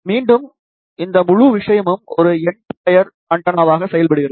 மீண்டும் இந்த முழு விஷயமும் ஒரு என்ட் பயர் ஆண்டெனாவாக செயல்படுகிறது